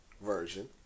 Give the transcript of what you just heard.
version